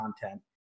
content